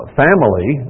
family